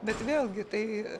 bet vėlgi tai